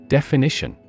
Definition